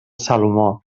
salomó